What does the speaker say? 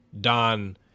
Don